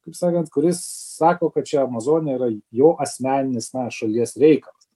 kaip sakant kuris sako kad čia amazonė yra jo asmeninis na šalies reikalas